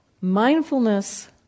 Mindfulness